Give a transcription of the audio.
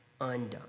undone